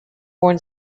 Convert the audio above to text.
born